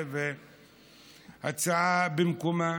הצעה במקומה,